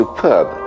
Superb